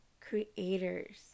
creators